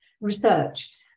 research